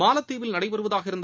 மாலத்தீவில் நடைபெறுவதாக இருந்த